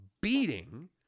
beating